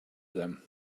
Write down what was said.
them